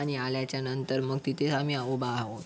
आणि आल्याच्या नंतर मग तिथे आम्ही उभा आहोत